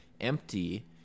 empty